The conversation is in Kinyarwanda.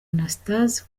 anastase